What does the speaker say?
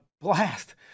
blast